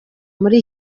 muri